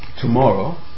tomorrow